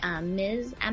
Ms